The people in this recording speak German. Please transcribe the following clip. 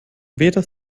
weder